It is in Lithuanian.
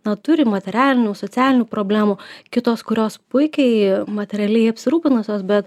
na turi materialinių socialinių problemų kitos kurios puikiai materialiai apsirūpinusios bet